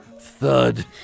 Thud